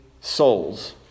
souls